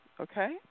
okay